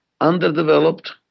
Underdeveloped